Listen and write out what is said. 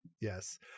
Yes